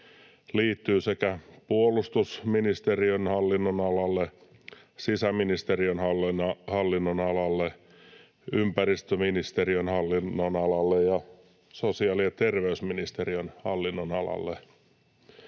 liittyvät puolustusministeriön hallinnonalaan, sisäministeriön hallinnonalaan, ympäristöministeriön hallinnonalaan ja sosiaali- ja terveysministeriön hallinnonalaan.